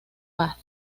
paz